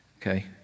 okay